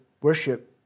Worship